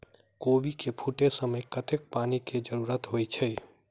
कोबी केँ फूटे समय मे कतेक पानि केँ जरूरत होइ छै?